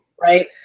Right